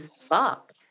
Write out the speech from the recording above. fuck